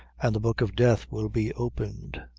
and the book of death will be opened.